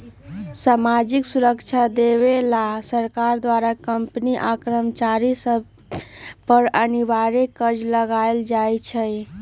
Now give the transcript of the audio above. सामाजिक सुरक्षा देबऐ लेल सरकार द्वारा कंपनी आ कर्मचारिय सभ पर अनिवार्ज कर लगायल जाइ छइ